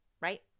right